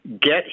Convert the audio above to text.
get